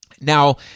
Now